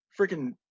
freaking